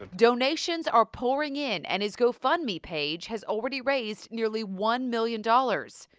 donations are pouring in and his gofundme page has already raised nearly one million dollars.